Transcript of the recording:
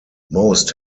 most